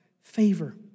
favor